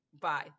Bye